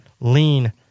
Lean